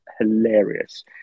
hilarious